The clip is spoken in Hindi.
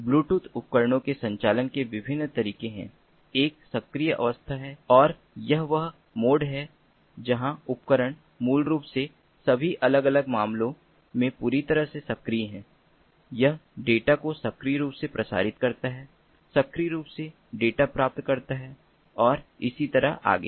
ब्लूटूथ उपकरणों के संचालन के विभिन्न तरीके है एक सक्रिय अवस्था है और यह वह मोड है जहां उपकरण मूल रूप से सभी अलग अलग मामलों में पूरी तरह से सक्रिय है यह डेटा को सक्रिय रूप से प्रसारित करता है सक्रिय रूप से डेटा प्राप्त करता है और इसी तरह आगे